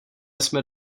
jsme